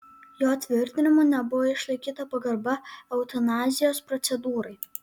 jo tvirtinimu nebuvo išlaikyta pagarba eutanazijos procedūrai